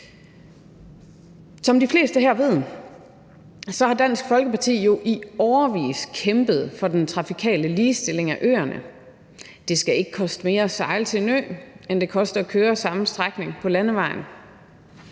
Som de fleste her ved, har Dansk Folkeparti jo i årevis kæmpet for den trafikale ligestilling af øerne. Det skal ikke koste mere at sejle til en ø, end det koster at køre samme strækning på landevejen.